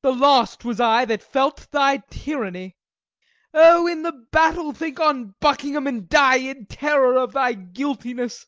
the last was i that felt thy tyranny o, in the battle think on buckingham, and die in terror of thy guiltiness!